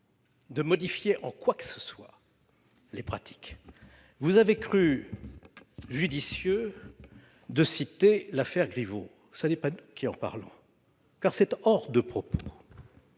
de modifier en quoi que ce soit les pratiques. Vous avez cru judicieux de citer l'affaire Griveaux. Ce n'est pas nous qui en parlons, car c'est hors de propos